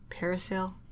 parasail